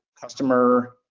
customer